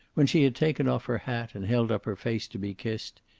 when she had taken off her hat, and held up her face to be kissed,